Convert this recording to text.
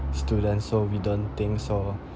student so we don't think so